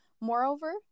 Moreover